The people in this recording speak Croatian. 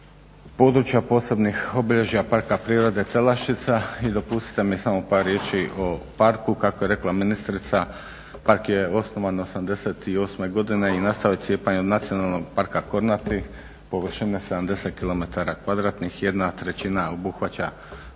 područja posebnih obilježja parka prirode Telaščica i dopustite mi samo par riječi o parku. Kako je rekla ministrica, park je osnovan 88.godine i nastao je cijepanjem nacionalnog parka Kornati površine 70 km kvadratnih, jedna trećina obuhvaća